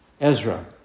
Ezra